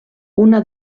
una